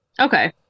Okay